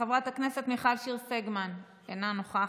חברת הכנסת מיכל שיר סגמן אינה נוכחת.